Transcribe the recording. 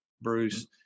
Bruce